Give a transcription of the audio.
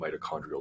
mitochondrial